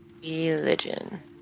Religion